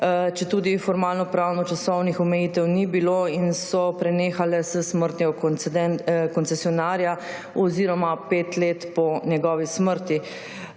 četudi formalnopravno časovnih omejitev ni bilo in so prenehale s smrtjo koncesionarja oziroma pet let po njegovi smrti.